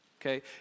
okay